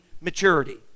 maturity